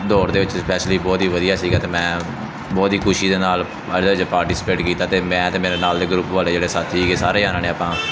ਦੌੜ ਦੇ ਵਿੱਚ ਸਪੈਸ਼ਲੀ ਬਹੁਤ ਹੀ ਵਧੀਆ ਸੀਗਾ ਅਤੇ ਮੈਂ ਬਹੁਤ ਹੀ ਖੁਸ਼ੀ ਦੇ ਇਹਦੇ ਵਿੱਚ ਪਾਰਟੀਸਪੇਟ ਕੀਤਾ ਅਤੇ ਮੈਂ ਅਤੇ ਮੇਰੇ ਨਾਲ ਦੇ ਗਰੁੱਪ ਵਾਲੇ ਜਿਹੜੇ ਸਾਥੀ ਸੀਗੇ ਸਾਰੇ ਜਣਿਆਂ ਨੇ ਆਪਾਂ